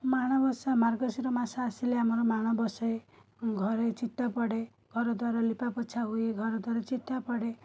ମାଣବସା ମାର୍ଗଶୀର ମାସ ଆସିଲେ ଆମର ମାଣବସେ ଘରେ ଚିତାପଡ଼େ ଘରଦ୍ୱାର ଲିପାପୋଛା ହୁଏ ଘରଦ୍ୱାର ଚିତା ପଡ଼େ